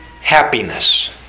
happiness